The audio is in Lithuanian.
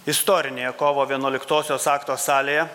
istorinėje kovo vienuoliktosios akto salėje